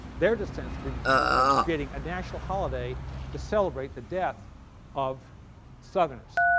their descendants, would be creating a national holiday to celebrate the death of southerners